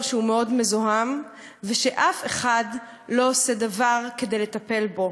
שהוא מאוד מזוהם ואף אחד לא עושה דבר כדי לטפל בו,